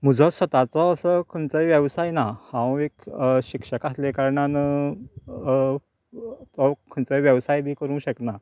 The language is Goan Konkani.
म्हजो स्वताचो असो खंयचोय व्यवसाय ना हांव एक शिक्षक आसले कारणान हांव खंयचो वेवसाय बी करूंक शकना